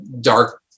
dark